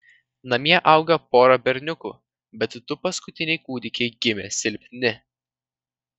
namie auga pora berniukų bet du paskutiniai kūdikiai gimė silpni